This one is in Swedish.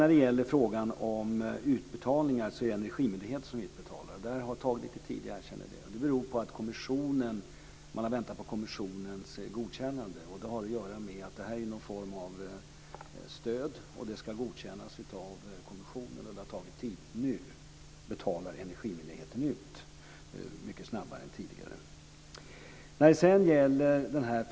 När det gäller utbetalningarna är det Energimyndigheten som betalar. Där har det tagit lite tid. Det beror på att man har väntat på kommissionens godkännande. Det har att göra med att detta är en form av stöd, och det ska godkännas av kommissionen. Det har tagit tid. Nu betalar Energimyndigheten ut mycket snabbare än tidigare.